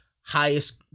highest